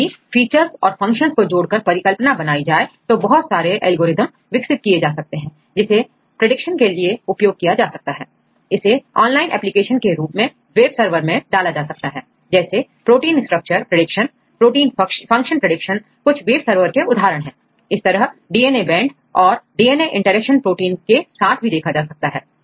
तो यदि फीचर्स और फंक्शन को जोड़कर परिकल्पना बनाई जाए तो बहुत सारे एल्गोरिदम विकसित किए जा सकते हैं जिसे प्रेडिक्शन के लिए उपयोग किया जा सकता है इसे ऑनलाइन एप्लीकेशन के रूप में web servers में डाला जा सकता है जैसे protein structure prediction protein function prediction कुछ वेब सरवर के उदाहरण हैं इस तरह डीएनए बैंड और डीएनए इंटरेक्शन प्रोटीन के साथ भी देखा जा सकता है